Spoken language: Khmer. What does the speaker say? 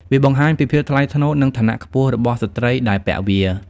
វាបង្ហាញពីភាពថ្លៃថ្នូរ និងឋានៈខ្ពស់របស់ស្ត្រីដែលពាក់វា។